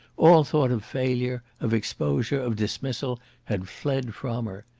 all thought of failure, of exposure, of dismissal had fled from her.